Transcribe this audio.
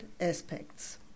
aspects